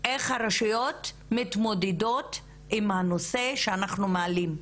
איך הרשויות מתמודדות עם הנושא שאנחנו מעלים,